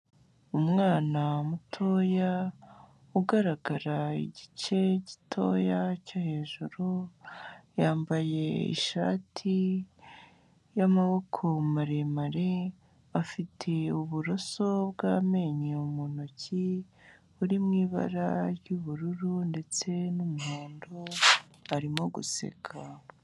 Umwana mutoya ugaragara igice gitoya cyo hejuru yambaye ishati y'amaboko maremare, afite uburoso bw'amenyo mu ntoki buri mu ibara ry'ubururu ndetse n'umuhondo, arimo guseka.